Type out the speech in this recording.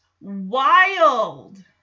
wild